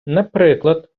наприклад